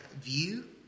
view